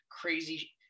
crazy